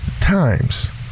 times